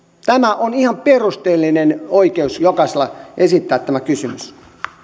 jokaisella on ihan perusteellinen oikeus esittää tämä kysymys